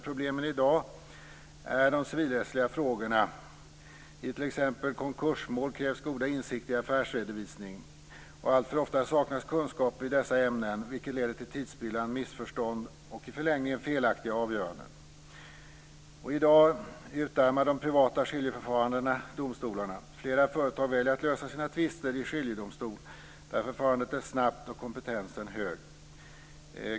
Problemen i dag är de civilrättsliga frågorna. I t.ex. konkursmål krävs goda insikter i affärsredovisning, och alltför ofta saknas kunskap i dessa ämnen, vilket leder till tidsspillan, missförstånd och i förlängningen felaktiga avgöranden. Och i dag utarmar de privata skiljeförfarandena domstolarna. Flera företag väljer att lösa sina tvister i skiljedomstol, där förfarandet är snabbt och kompetensen är hög.